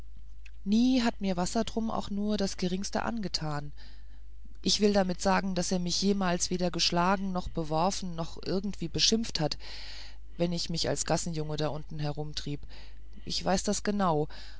nie hat mir wassertrum auch nur das geringste angetan ich will damit sagen daß er mich jemals weder geschlagen oder beworfen noch auch irgendwie beschimpft hat wenn ich mich als gassenjunge unten herumtrieb ich weiß das